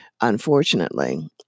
Unfortunately